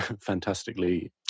fantastically